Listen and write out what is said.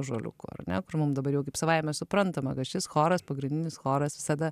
ąžuoliuku ar ne kur mum dabar jau kaip savaime suprantama kad šis choras pagrindinis choras visada